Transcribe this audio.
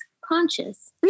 conscious